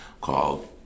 called